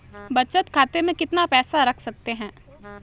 बचत खाते में कितना पैसा रख सकते हैं?